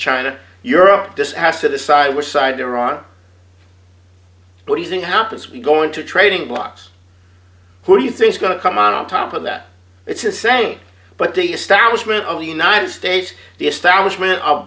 china europe this has to decide which side they're on but using half as we go into trading blocks who do you think's going to come out on top of that it's insane but the establishment of the united states the establishment of